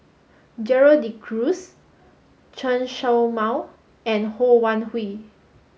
Gerald De Cruz Chen Show Mao and Ho Wan Hui